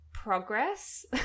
progress